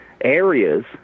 areas